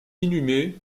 inhumé